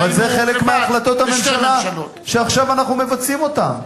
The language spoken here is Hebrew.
אבל זה חלק מהחלטות הממשלה שעכשיו אנחנו מבצעים אותן.